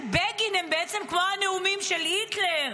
בגין הם בעצם כמו הנאומים של היטלר.